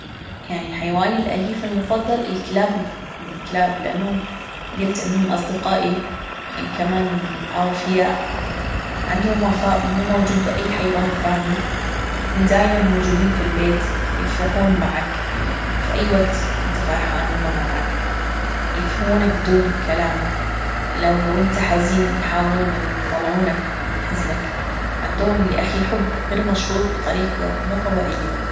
يعني حيواني الأليف المفضل الكلاب يعني الكلاب لأنهم جلت أنهم أصدقائي كمان أوفياء عندهم وفاء مو موجود بأي حيوان ثاني هم دايما موجودين في البيت يفرحون معك في أي وقت إنت فرحان هما معاك يفهمونك دون كلام لو إنت حزين يحاولون انه يطلعونك من حزنك عندهم يا أخي حب غير مشروط بطريقة مو طبيعية.